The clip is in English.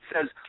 says